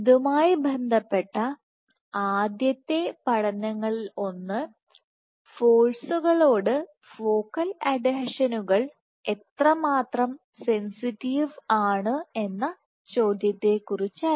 ഇതുമായി ബന്ധപ്പെട്ട ആദ്യത്തെ പഠനങ്ങളിലൊന്ന് ഫോഴ്സുകളോട് ഫോക്കൽ അഡ്ഹീഷനുകൾ എത്രമാത്രം സെൻസിറ്റീവ് ആണ് എന്ന ചോദ്യത്തെ കുറിച്ചായിരുന്നു